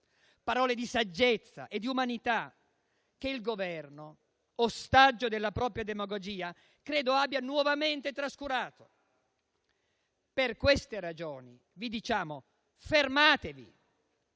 parole di saggezza e di umanità, che il Governo, ostaggio della propria demagogia, credo abbia nuovamente trascurato. Per queste ragioni vi diciamo: fermatevi!